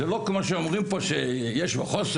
זה לא כמו שאומרים פה יש חוסר,